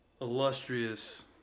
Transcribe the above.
illustrious